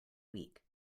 week